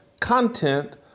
content